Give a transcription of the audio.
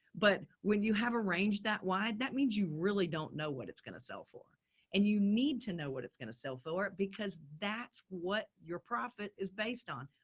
but when you have a range that wide, that means you really don't know what it's going to sell for and you need to know what it's going to sell for because that's what your profit is based on.